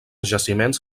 jaciments